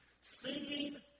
singing